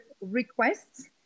requests